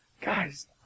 Guys